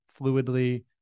fluidly